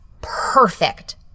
perfect